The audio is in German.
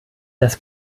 das